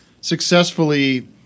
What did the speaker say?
successfully